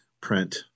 print